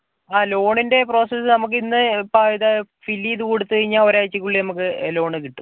ആ ലോണിൻ്റെ പ്രോസസ്സ് നമുക്കിന്ന് ഇപ്പം ഇത് ഫില്ല് ചെയ്ത് കൊടുത്തു കഴിഞ്ഞാൽ ഒരാഴ്ചക്കുള്ളിൽ നമുക്ക് ലോൺ കിട്ടും